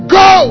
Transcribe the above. go